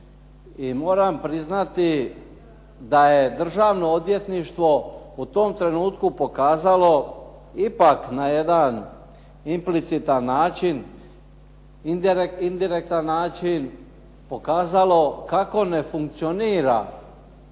i moram priznati da je Državno odvjetništvo u tom trenutku pokazalo ipak na jedan implicitan način, indirektan način pokazalo kako ne funkcionira